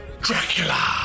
Dracula